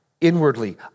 inwardly